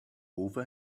over